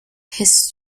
his